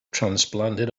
transplanted